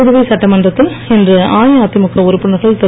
புதுவை சட்டமன்றத்தில் இன்று அஇஅதிமுக உறுப்பினர்கள் திரு